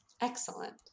Excellent